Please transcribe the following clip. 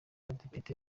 abadepite